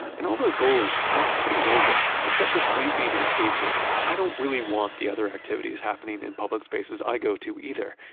and all those goals are pretty noble. except for sleeping and skateboarding, i don't really want the other activities happening in public spaces i go to either,